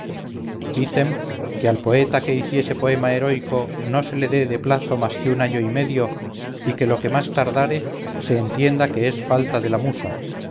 que al poeta que hiciere poema heroico no se le dé de plazo más que un año y medio y que lo que más tardare se entienda que es falta de la musa